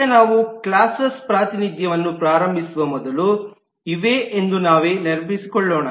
ಈಗ ನಾವು ಕ್ಲಾಸೆಸ್ ಪ್ರಾತಿನಿಧ್ಯವನ್ನು ಪ್ರಾರಂಭಿಸುವ ಮೊದಲು ಇವೆ ಎಂದು ನಾವೇ ನೆನಪಿಸಿಕೊಳ್ಳೋಣ